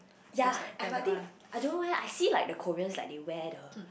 ya eh but I think I don't know eh I see like the Korean like they wear the